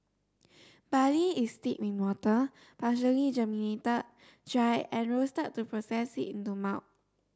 barley is steeped in water partially germinated dried and roasted to process it into malt